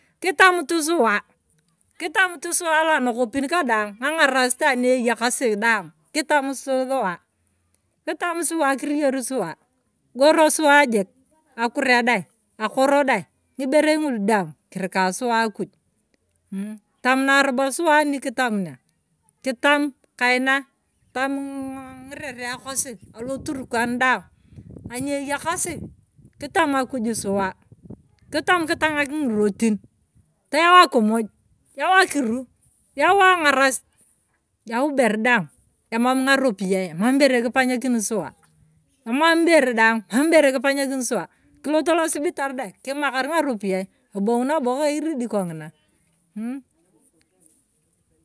Kitamut suwa, kitamut sawa anakopin kadaang ng'ang'arasitia na eyakasi daani kitamusu suwa. kitamut suwa kirior suwa kigoro suwa jik. akure dai. akoro dai. ngiberei ng'ulu sdaang kirika suwa akuj mm kitamunai robo suwa anikitamunia. kitam kaina. kitaamunu ng'irerea kosi aloturkan daang anieyakasi kitam akuj suwa kitam kitang'ak ng'irotin teyau akumuj yau akiru. yau ang'arasita yau ibere daang emam ng'aropiyei mam ibere kipanyakini suwa. emam bere daang mam bere kipanyakirie suwa kilot losibitar dai kimakar ng'aropiyie tobong'unabo iridi kong'ina mm.